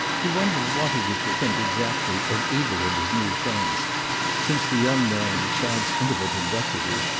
he wondered what he was to think exactly of either of his new friends since the young man, chad's intimate and deputy,